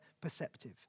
perceptive